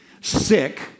sick